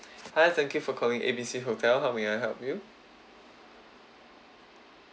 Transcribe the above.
hi thank you for calling A B C hotel how may I help you